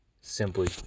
Simply